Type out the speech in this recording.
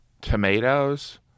tomatoes